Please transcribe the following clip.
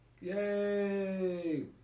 Yay